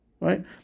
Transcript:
right